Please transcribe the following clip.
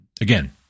again